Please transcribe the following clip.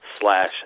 slash